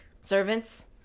servants